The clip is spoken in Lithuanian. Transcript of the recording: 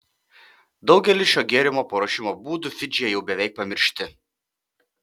daugelis šio gėrimo paruošimo būdų fidžyje jau beveik pamiršti